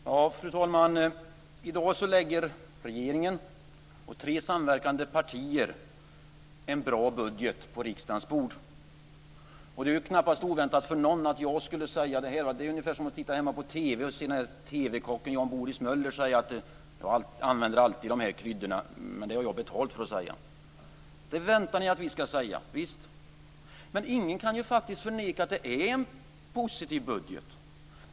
Fru talman! I dag lägger regeringen och tre samverkande partier en bra budget på riksdagens bord. Det är knappast oväntat för någon att jag skulle säga det. Det är ungefär som att titta på TV hemma och se när TV-kocken Jan Boris Möller säger: Jag använder alltid de här kryddorna, men det har jag betalt för att säga. Det väntar ni att vi ska säga, visst. Men ingen kan faktiskt förneka att det är en positiv budget.